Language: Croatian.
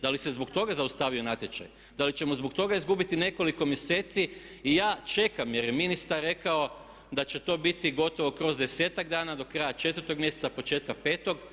Da li se zbog toga zaustavio natječaj, da li ćemo zbog toga izgubiti nekoliko mjeseci i ja čekam jer je ministar rekao da će to biti gotovo kroz desetak dana, do kraja četvrtog mjeseca početkom petog.